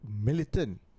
Militant